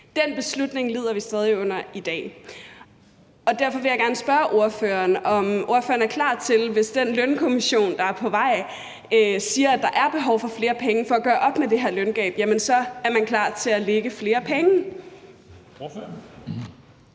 Den beslutning lider vi stadig under i dag. Derfor vil jeg gerne spørge ordføreren, om ordføreren er klar til at lægge flere penge, hvis den Lønstrukturkomité, der er på vej, siger, at der er behov for flere penge for at gøre op med det her løngab. Kl. 09:57 Formanden